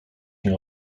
nie